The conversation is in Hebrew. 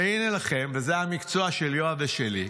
הינה לכם, וזה המקצוע של יואב ושלי: